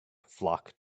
flock